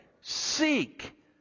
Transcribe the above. Seek